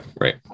right